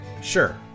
Sure